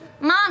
Mom